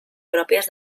pròpies